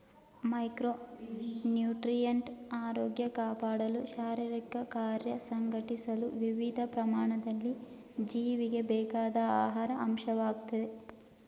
micronutrient ಆರೋಗ್ಯ ಕಾಪಾಡಲು ಶಾರೀರಿಕಕಾರ್ಯ ಸಂಘಟಿಸಲು ವಿವಿಧ ಪ್ರಮಾಣದಲ್ಲಿ ಜೀವಿಗೆ ಬೇಕಾದ ಆಹಾರ ಅಂಶವಾಗಯ್ತೆ